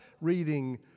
reading